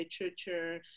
literature